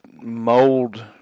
mold